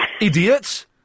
Idiots